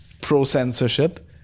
pro-censorship